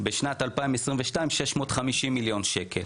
בשנת 2022: 650 מיליון שקלים.